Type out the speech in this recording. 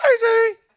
crazy